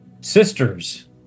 Sisters